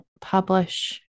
publish